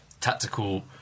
tactical